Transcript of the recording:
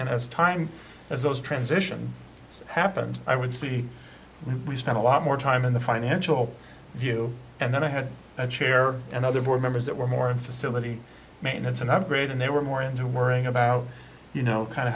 and as time as those transition happened i would see we spent a lot more time in the financial review and then i had a chair and other board members that were more in facility maintenance and have grade and they were more into worrying about you know kind